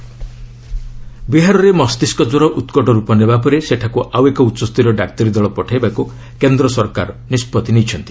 Bihar encephalitis ବିହାରରେ ମସ୍ତିଷ୍କ କ୍ୱର ଉତ୍କଟ ରୂପ ନେବା ପରେ ସେଠାକୁ ଆଉ ଏକ ଉଚ୍ଚସ୍ତରୀୟ ଡାକ୍ତରୀ ଦଳ ପଠାଇବାକୁ କେନ୍ଦ୍ର ସରକାର ନିଷ୍ପଭି ନେଇଛନ୍ତି